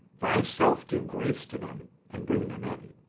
thyself do grace to them, and bring them in.